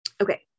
Okay